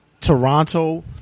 Toronto